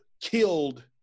killed